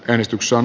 äänestyksen